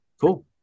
cool